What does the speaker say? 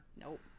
Nope